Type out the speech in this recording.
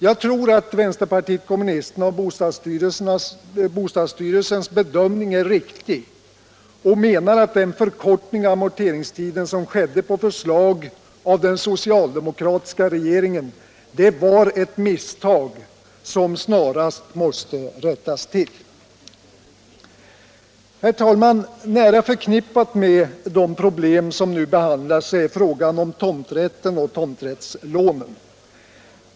Jag tror att vpk:s och bostadsstyrelsens bedömning var riktig och menar att den förkortning av amorteringstiden som skedde på förslag av den socialdemokratiska regeringen var ett misstag som snarast måste rättas till. Herr talman! Nära förknippad med de problem som nu behandlas är frågan om tomrätten och tomträttslånen.